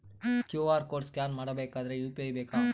QR code scan ಮಾಡಬೇಕಾದರೆ UPI ಬೇಕಾ?